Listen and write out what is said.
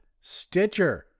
Stitcher